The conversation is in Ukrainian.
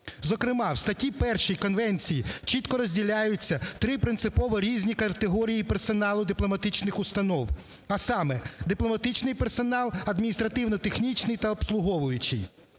Зокрема, в статті 1 Конвенції чітко розділяються три принципово різні категорії персоналу дипломатичних установ, а саме: дипломатичний персонал, адміністративно-технічний та обслуговуючий.